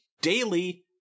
daily